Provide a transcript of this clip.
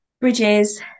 bridges